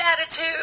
attitude